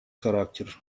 характер